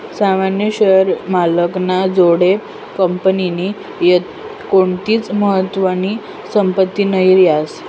सामान्य शेअर मालक ना जोडे कंपनीनी कोणतीच महत्वानी संपत्ती नही रास